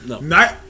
No